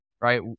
right